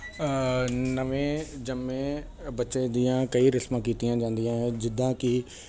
ਨਵੇਂ ਜੰਮੇ ਬੱਚੇ ਦੀਆਂ ਕਈ ਰਸਮਾਂ ਕੀਤੀਆਂ ਜਾਂਦੀਆਂ ਜਿੱਦਾਂ ਕਿ